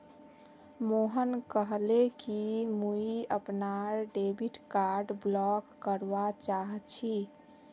मोहन कहले कि मुई अपनार डेबिट कार्ड ब्लॉक करवा चाह छि